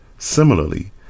Similarly